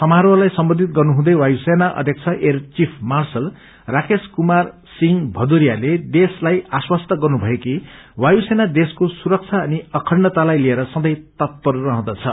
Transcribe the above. सामारोहलाई सम्बोधित गर्नुहुँदै वायु सेना अध्यक्ष air chief marshal Rakesh Kumar Singh भदोरियाले देशलाइ आश्वास्त गर्नुभयो कि वायु सेना देशको सुरक्षा अनि अखण्डतालाई लिएर सँधे तत्पर रहदँछ